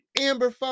amber